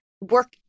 work